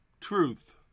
truth